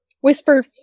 Whisper